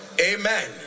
Amen